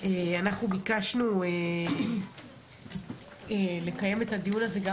אנחנו ביקשנו לקיים את הדיון הזה גם